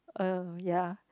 uh ya